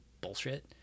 bullshit